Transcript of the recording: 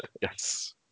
Yes